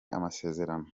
amasezerano